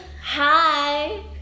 hi